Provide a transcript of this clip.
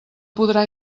podrà